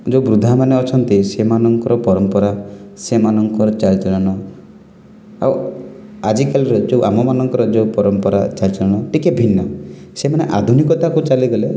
ଯେଉଁ ବୃଦ୍ଧାମାନେ ଅଛନ୍ତି ସେମାନଙ୍କର ପରମ୍ପରା ସେମାନଙ୍କ ଚାଲିଚଳନ ଓ ଆଜିକାଲିର ଯେଉଁ ଆମମାନଙ୍କର ଯେଉଁ ପରମ୍ପରା ଚାଲିଚଳନ ଟିକେ ଭିନ୍ନ ସେମାନେ ଆଧୁନିକତାକୁ ଚାଲିଗଲେ